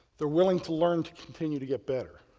they're willing to learn to continue to get better,